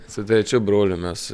su trečiu broliu mes